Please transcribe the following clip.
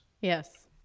Yes